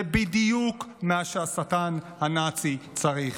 זה בדיוק מה שהשטן הנאצי צריך.